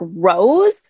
grows